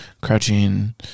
Crouching